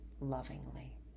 lovingly